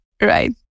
Right